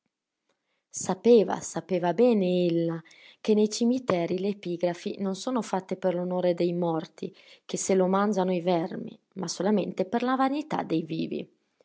sapeva sapeva bene ella che nei cimiteri le epigrafi non sono fatte per l'onore dei morti che se lo mangiano i vermi ma solamente per la vanità dei vivi